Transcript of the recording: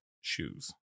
shoes